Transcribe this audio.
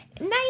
nice